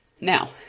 now